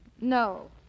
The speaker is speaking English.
No